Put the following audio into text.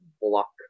block